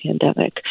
pandemic